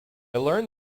learned